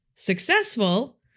successful